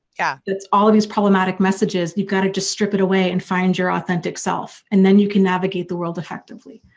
yeah it's all of these problematic messages, you've got to just strip it away and find your authentic self and then you can navigate the world effectively.